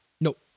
Nope